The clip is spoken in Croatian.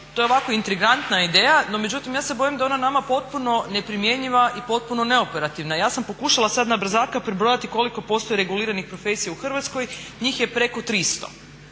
To je ovako intrigantna ideja, no međutim ja se bojim da je ona nama potpuno neprimjenjiva i potpuno neoperativna. Ja sam pokušala sad na brzaka pribrojati koliko postoji reguliranih profesija u Hrvatskoj, njih je preko 300.